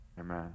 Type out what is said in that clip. Amen